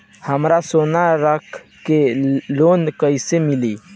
हमरा सोना रख के लोन कईसे मिली?